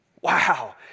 Wow